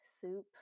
soup